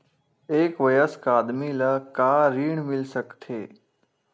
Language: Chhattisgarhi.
एक वयस्क आदमी ल का ऋण मिल सकथे?